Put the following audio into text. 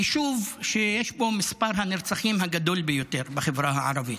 יישוב שיש בו מספר הנרצחים הגדול ביותר בחברה הערבית.